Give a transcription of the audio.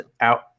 out